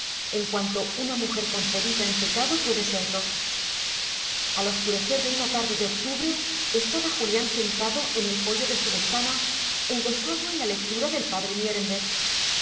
en cuanto una mujer concebida en pecado puede serlo al oscurecer de una tarde de octubre estaba julián sentado en el poyo de su ventana engolfado en la lectura del p